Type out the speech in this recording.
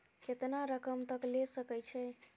केतना रकम तक ले सके छै?